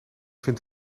vind